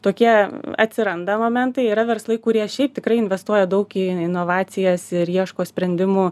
tokie atsiranda momentai yra verslai kurie šiaip tikrai investuoja daug į inovacijas ir ieško sprendimų